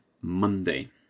Monday